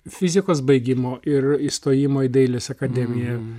fizikos baigimo ir įstojimo į dailės akademiją